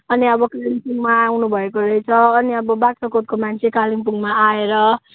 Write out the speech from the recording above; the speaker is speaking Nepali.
अनि अब कालिम्पोङमा आउनुभएको रहेछ अनि अब बाग्राकोटको मान्छे कालिम्पोङमा आएर